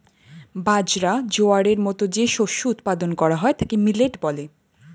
বাজরা, জোয়ারের মতো যে শস্য উৎপাদন করা হয় তাকে মিলেট বলে